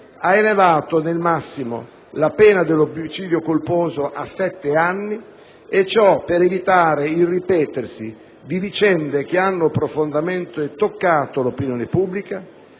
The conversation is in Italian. ha elevato nel massimo la pena per l'omicidio colposo a sette anni e ciò per evitare il ripetersi di vicende, che hanno profondamente toccato l'opinione pubblica,